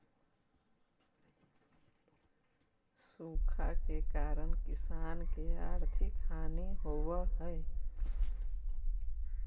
सूखा के कारण किसान के आर्थिक हानि होवऽ हइ